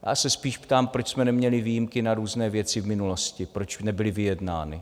Já se spíš ptám, proč jsme neměli výjimky na různé věci v minulosti, proč nebyly vyjednány.